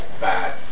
bad